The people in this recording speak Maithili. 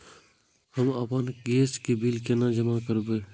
हम आपन गैस के बिल केना जमा करबे?